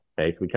Okay